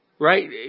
Right